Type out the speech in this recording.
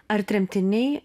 ar tremtiniai